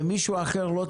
ומישהו אחר לא טיפל?